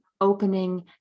opening